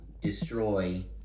destroy